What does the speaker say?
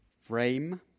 frame